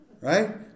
Right